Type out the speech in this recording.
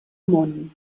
món